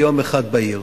ביום אחד בהיר?